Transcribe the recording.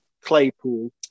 Claypool